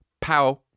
pow